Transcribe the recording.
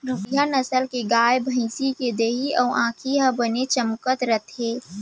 बड़िहा नसल के गाय, भँइसी के देहे अउ आँखी ह बने चमकत रथे